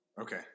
Okay